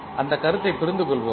அந்த கருத்தை புரிந்து கொள்வோம்